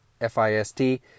F-I-S-T